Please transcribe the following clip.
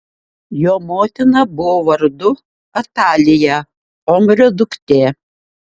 jo motina buvo vardu atalija omrio duktė